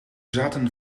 zaten